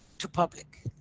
to public.